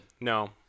No